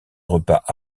repas